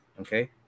okay